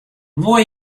wol